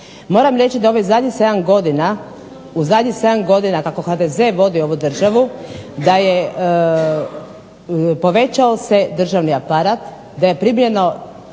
Moram reći da ovih zadnjih sedam godina, u zadnjih sedam godina kako HDZ vodi ovu državu da je povećao se državni aparat, da je primljen